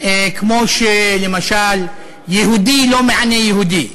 כמו שלמשל יהודי לא מענה יהודי.